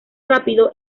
rápido